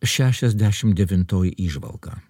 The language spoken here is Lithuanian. šešiasdešim devintoji įžvalga